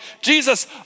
Jesus